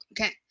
Okay